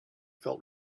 felt